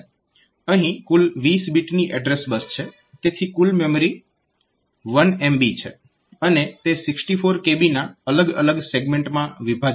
અહીં કુલ 20 બીટની એડ્રેસ બસ છે તેથી કુલ મેમરી 1 MB છે અને તે 64 kB ના અલગ અલગ સેગમેન્ટમાં વિભાજીત છે